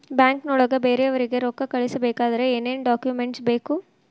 ಬ್ಯಾಂಕ್ನೊಳಗ ಬೇರೆಯವರಿಗೆ ರೊಕ್ಕ ಕಳಿಸಬೇಕಾದರೆ ಏನೇನ್ ಡಾಕುಮೆಂಟ್ಸ್ ಬೇಕು?